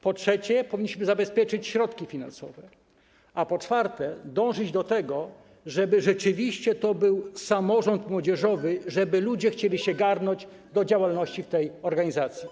Po trzecie, powinniśmy zabezpieczyć środki finansowe, a po czwarte, dążyć do tego, żeby rzeczywiście to był samorząd młodzieżowy, żeby ludzie chcieli się garnąć do działalności w tej organizacji.